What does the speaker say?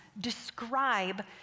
describe